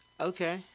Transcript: Okay